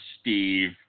Steve